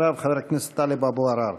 אחריו, חבר הכנסת טלב אבו עראר.